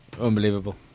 unbelievable